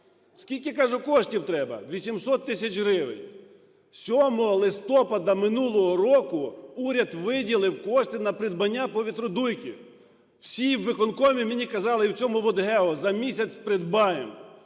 Скільки, каже, коштів треба? 800 тисяч гривень. 7 листопада минулого року уряд виділив кошти на придбання повітродувки. Всі у виконкомі мені казали, і в оцьому "ВодГео" – за місяць придбаємо.